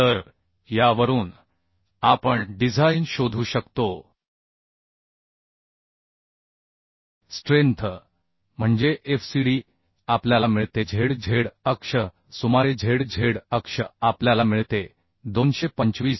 तर यावरून आपण डिझाइन शोधू शकतो स्ट्रेंथ म्हणजे FCD आपल्याला मिळते z z अक्ष सुमारे z z अक्ष आपल्याला मिळते 225